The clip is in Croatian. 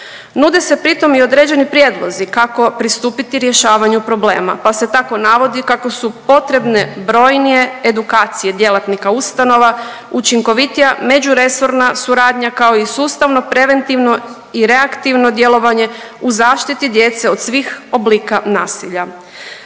Nude se pritom i određeni prijedlozi kako pristupiti rješavanju problema, pa se tako navodi kako su potrebne brojnije edukacije djelatnika ustanova, učinkovitija međuresorna suradnja kao i sustavno preventivno i reaktivno djelovanje u zaštiti djece od svih oblika nasilja.